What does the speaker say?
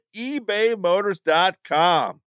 ebaymotors.com